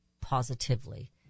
positively